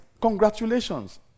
congratulations